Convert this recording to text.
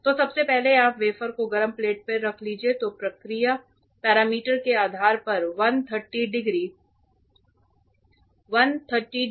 तो सबसे पहले आप वेफ़र को गरम प्लेट में रख लीजिये तो प्रक्रिया पैरामीटर के आधार पर 130 डिग्री 120 डिग्री की तरह होगा